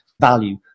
value